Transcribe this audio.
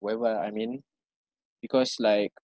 whereby I mean because like